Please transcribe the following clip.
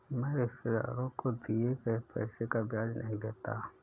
मैं रिश्तेदारों को दिए गए पैसे का ब्याज नहीं लेता